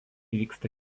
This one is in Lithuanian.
vyksta